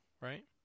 right